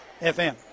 FM